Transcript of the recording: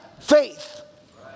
faith